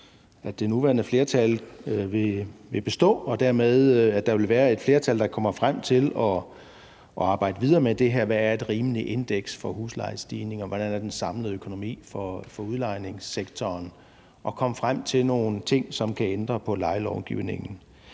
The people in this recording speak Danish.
at det nuværende flertal vil bestå, og at der dermed vil være et flertal, der kommer frem til at arbejde videre med det her med, hvad der er et rimeligt indeks for huslejestigninger, og hvordan den samlede økonomi for udlejningssektoren er, og komme frem til nogle ting, som kan ændre på lejelovgivningen.